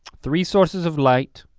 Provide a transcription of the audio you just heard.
three sources of light,